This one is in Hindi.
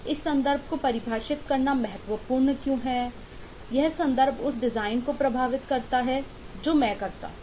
इस संदर्भ को परिभाषित करना महत्वपूर्ण क्यों है यह संदर्भ उस डिज़ाइन को प्रभावित करता है जो मैं करता हूं